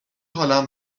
حالم